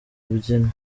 mbyino